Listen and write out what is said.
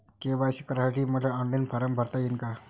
KYC करासाठी मले online form भरता येईन का?